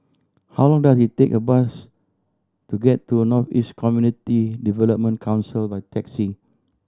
how long does it take a bus to get to North East Community Development Council by taxi